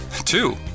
Two